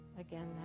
Again